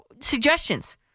Suggestions